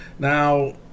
Now